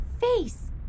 Face